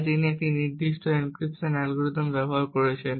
তাই তিনি একটি নির্দিষ্ট এনক্রিপশন অ্যালগরিদম ব্যবহার করছেন